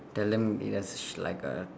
tell them it has s~ like a